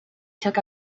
took